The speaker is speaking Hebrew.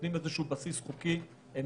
ונותנים איזה שהוא בסיס חוקי משותף.